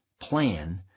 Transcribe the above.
plan